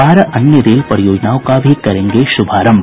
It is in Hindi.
बारह अन्य रेल परियोजनाओं का भी करेंगे शुभारंभ